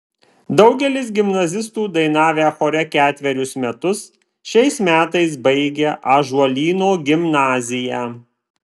daugelis gimnazistų dainavę chore ketverius metus šiais metais baigia ąžuolyno gimnaziją